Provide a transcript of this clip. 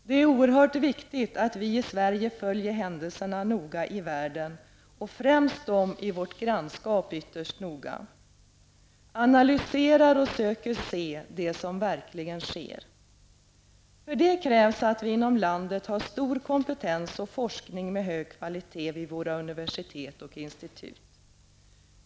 Det är oerhört viktigt att vi i Sverige följer händelserna i världen och främst de i vårt grannskap ytterst noga, analyserar och söker se det som verkligen sker. För det krävs att vi inom landet har stor kompetens och forskning med hög kvalitet vid våra universitet och institut.